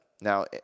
Now